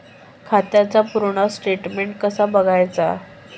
खात्याचा पूर्ण स्टेटमेट कसा बगायचा?